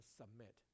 submit